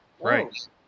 right